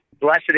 blessed